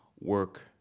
work